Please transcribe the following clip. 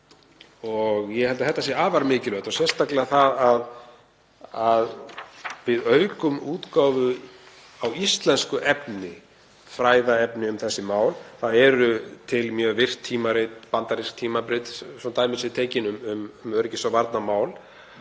Ég held að það sé afar mikilvægt og sérstaklega það að við aukum útgáfu á íslensku efni, fræðaefni um þessi mál. Það eru til mjög virt tímarit, bandarísk tímarit, svo dæmi séu tekin, um öryggis- og varnarmál.